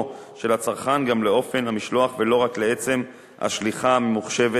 של הצרכן גם לאופן המשלוח ולא רק לעצם השליחה הממוחשבת,